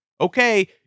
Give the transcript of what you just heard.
okay